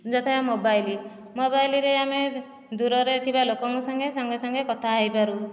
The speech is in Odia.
ଯଥା ମୋବାଇଲ ମୋବାଇଲରେ ଆମେ ଦୁରରେ ଥିବା ଲୋକଙ୍କ ସଙ୍ଗେ ସାଙ୍ଗେ ସାଙ୍ଗେ କଥା ହୋଇପାରୁ